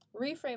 reframe